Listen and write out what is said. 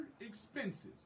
expenses